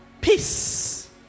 peace